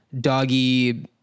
doggy